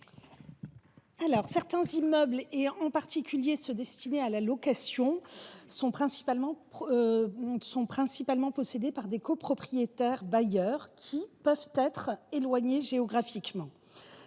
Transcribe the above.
31. Certains immeubles, en particulier ceux qui sont majoritairement destinés à la location, sont principalement possédés par des copropriétaires bailleurs qui peuvent être éloignés géographiquement.